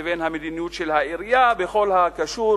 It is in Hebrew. לבין המדיניות של העירייה בכל הקשור